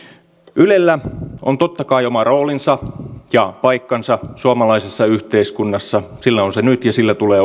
ylellä on totta kai oma roolinsa ja paikkansa suomalaisessa yhteiskunnassa sillä on se nyt ja sillä tulee